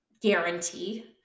guarantee